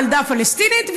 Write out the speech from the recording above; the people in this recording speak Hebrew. הילדה הפלסטינית,